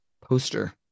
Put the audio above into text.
poster